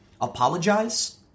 Apologize